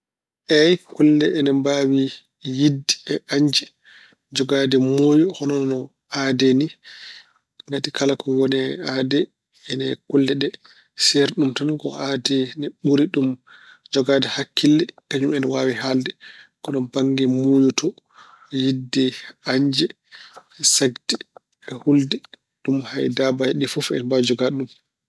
Eey kulle ine mbaawi yiɗde e añde, jogaade muuyo hono no aade ni. Ngati kala ko woni e aade ene kulle ɗe. Ceerdi ɗum tan ko aade ene ɓuri ɗum jogaade hakkille kañum ene waawi haalde. Kono bannge muuyo to: yiɗde, añde e sekde, e hulde, ɗum hay daabaaji ɗi fof ene mbaawi jogaade ɗum.